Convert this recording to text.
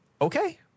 Okay